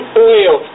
oil